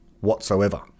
whatsoever